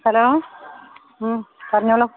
hello മ്മ് പറഞ്ഞോളൂ